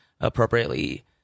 appropriately